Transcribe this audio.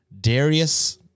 Darius